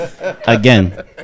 again